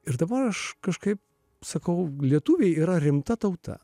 ir dabar aš kažkaip sakau lietuviai yra rimta tauta